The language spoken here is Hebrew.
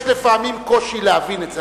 יש לפעמים קושי להבין את זה,